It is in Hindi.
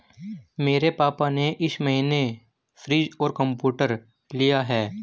मेरे पापा ने इस महीने फ्रीज और कंप्यूटर लिया है